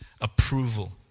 approval